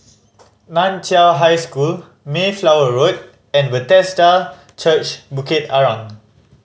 Nan Chiau High School Mayflower Road and Bethesda Church Bukit Arang